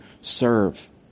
serve